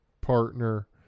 partner